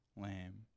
lamb